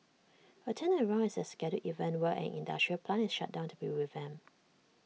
A turnaround is A scheduled event where an industrial plant is shut down to be revamped